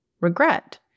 regret